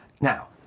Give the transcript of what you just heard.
Now